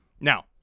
Now